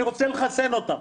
אני רוצה לחסן אותם.